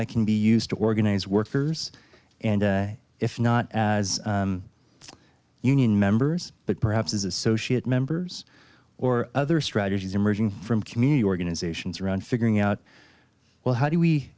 that can be used to organize workers and if not as union members but perhaps as associate members or other strategies emerging from community organisations around figuring out well how do we